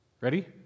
ready